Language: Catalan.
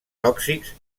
tòxics